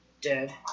dead